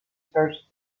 searched